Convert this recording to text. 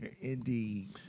Indeed